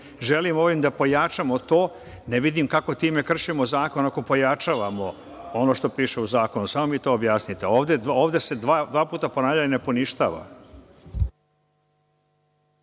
Želimo ovim da pojačamo to. Ne vidim kako time kršimo zakon ako pojačavamo ono što piše u zakonu. Samo mi to objasnite. Ovde se dva puta ponavljalo – ne poništava.